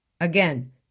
Again